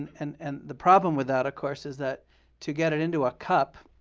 and and and the problem with that, of course, is that to get it into a cup,